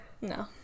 No